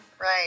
right